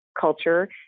culture